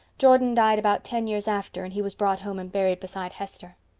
jordan died about ten years after and he was brought home and buried beside hester.